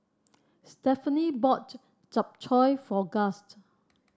Stephanie bought Japchae for Gust